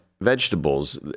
vegetables